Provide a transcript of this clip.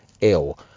ill